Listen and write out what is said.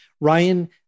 Ryan